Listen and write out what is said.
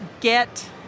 get